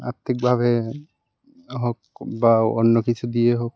আর্থিকভাবে হোক বা অন্য কিছু দিয়ে হোক